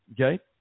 okay